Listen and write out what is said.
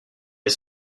est